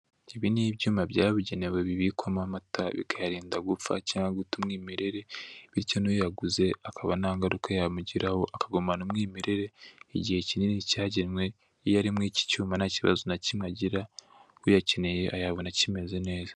Ibi ni ibyuma byabugenewe bibikwamo amata bikayarinda gupfa cyangwa guta umwimerere, bityo n'uyaguze akaba nta ngaruka yamugiraho akagumana umwimerere igihe kinini cyagenwe, iyo ari muri iki cyuma nta kibazo na kimwe agira uyakeneye ayabona akimeze neza.